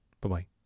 Bye-bye